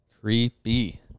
Creepy